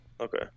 Okay